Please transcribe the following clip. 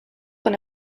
con